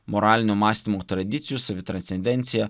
moralinių mąstymo tradicijų savi transcendencija